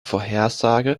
vorhersage